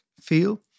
feel